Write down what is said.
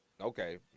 okay